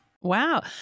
Wow